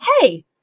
hey